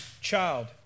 child